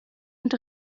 und